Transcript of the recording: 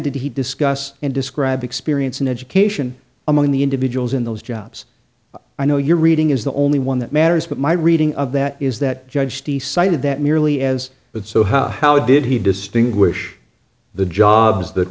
did he discuss and describe experience and education among the individuals in those jobs i know your reading is the only one that matters but my reading of that is that judge d cited that merely as with so how how did he distinguish the jobs that